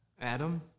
Adam